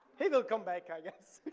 he will come back i guess.